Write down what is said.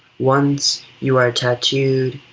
once you are tattooed,